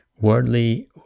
worldly